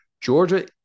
Georgia